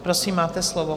Prosím, máte slovo.